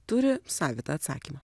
turi savitą atsakymą